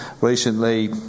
recently